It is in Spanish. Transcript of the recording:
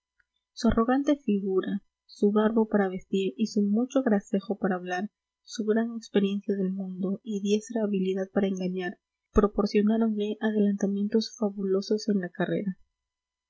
arrogante figura su garbo para vestir y su mucho gracejo para hablar su gran experiencia del mundo y diestra habilidad para engañar proporcionáronle adelantamientos fabulosos en la carrera